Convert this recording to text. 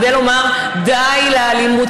כדי לומר די לאלימות,